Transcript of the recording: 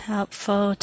Helpful